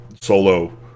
solo